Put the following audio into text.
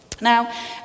Now